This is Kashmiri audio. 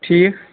ٹھیٖک